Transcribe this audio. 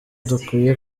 dukwiye